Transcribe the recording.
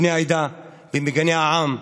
בני העדה ומגיני העם,